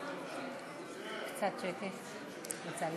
קצת שקט, בצלאל.